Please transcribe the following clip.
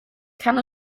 kann